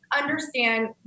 understand